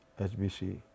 HBC